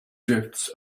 drifts